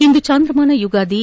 ಇಂದು ಚಾಂದ್ರಮಾನ ಯುಗಾದಿ